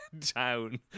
town